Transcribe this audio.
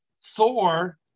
Thor